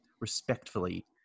respectfully